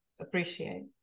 appreciate